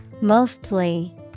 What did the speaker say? mostly